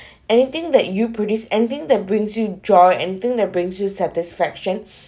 anything that you produce anything that brings you joy anything that brings you satisfaction